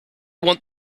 want